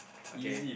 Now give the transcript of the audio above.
okay